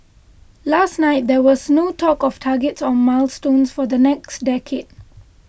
last night there was no talk of targets on milestones for the next decade